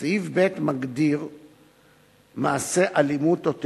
סעיף 144ד2(ב) מגדיר "מעשה אלימות או טרור":